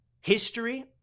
history